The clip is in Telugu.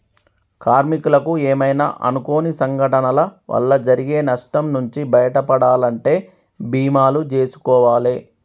కార్మికులకు ఏమైనా అనుకోని సంఘటనల వల్ల జరిగే నష్టం నుంచి బయటపడాలంటే బీమాలు జేసుకోవాలే